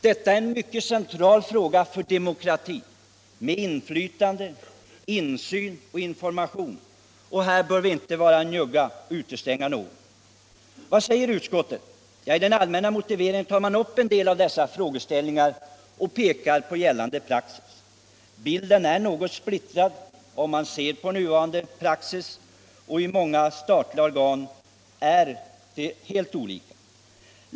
Detta med inflytande, insyn och information är en mycket central fråga för demokratin, och här bör vi inte vara njugga och utestänga någon. Vad säger utskottet? Ja, i den allmänna motiveringen tar man upp en hel del av dessa frågeställningar och pekar på gällande praxis. Bilden är något splittrad i nuvarande praxis, och den är i många statliga organ helt olikartad.